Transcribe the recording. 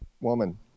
woman